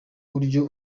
buryo